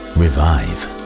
revive